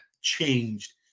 changed